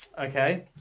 Okay